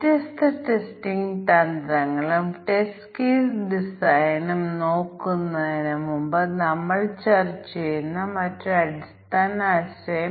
അതിനാൽ ഞങ്ങൾക്ക് 2 പാരാമീറ്ററുകൾ ഉണ്ട് ഇൻപുട്ടിന് 2 ഇൻപുട്ട് ഡാറ്റയുണ്ട് ഒന്ന് വിദ്യാഭ്യാസ വർഷവും മറ്റൊന്ന് പ്രായവുമാണ്